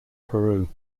peru